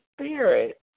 spirit